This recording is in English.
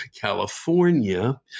California